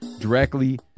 directly